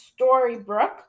Storybrooke